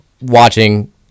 watching